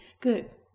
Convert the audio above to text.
Good